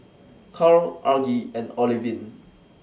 Carl Argie and Olivine